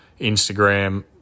Instagram